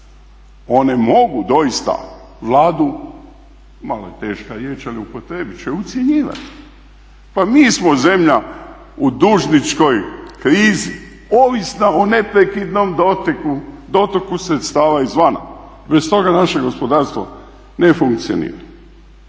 one mogu doista Vladu, malo je teška riječ ali upotrijebit ću je, ucjenjivati. Pa mi smo zemlja u dužničkoj krizi, ovisna o neprekidnom dotoku sredstava izvana. Bez toga naše gospodarstvo ne funkcionira.